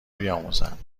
بیاموزند